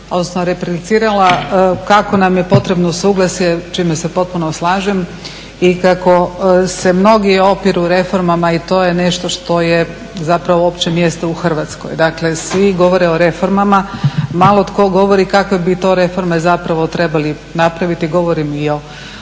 odnosno replicirala, kako nam je potrebno suglasje, s čime se potpuno slažem i kako se mnogi opiru reformama i to je nešto što je zapravo opće mjesto u Hrvatskoj. Dakle, svi govore o reformama, malo tko govori kakve bi to reforme zapravo trebali napraviti, govorim i o prošlom